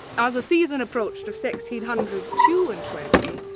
as the season approached of sixteen hundred two and twenty,